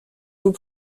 vous